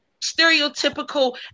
stereotypical